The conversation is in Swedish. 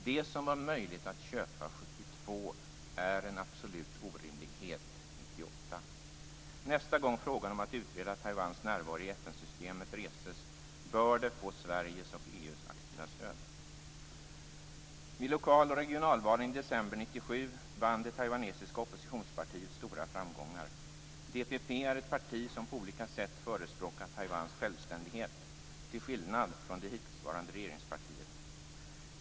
Det som var möjligt att köpa 1972 är en absolut orimlighet 1998. Nästa gång frågan om att utreda Taiwans närvaro i FN-systemet reses bör det få Sveriges och EU:s aktiva stöd. vann det taiwanesiska oppositionspartiet stora framgångar. DPP är ett parti som på olika sätt förespråkat Taiwans självständighet, till skillnad från det hitillsvarande regeringspartiet.